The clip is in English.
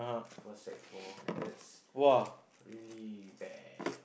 for sec four and that's really bad